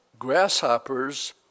Grasshoppers